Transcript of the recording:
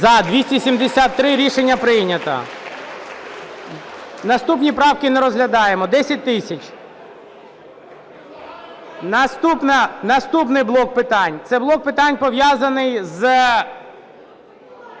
За-273 Рішення прийнято. Наступні правки не розглядаємо. 10 тисяч. Наступний блок питань – це блок питань, пов'язаний з